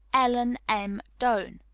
ellen m. doan.